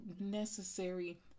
necessary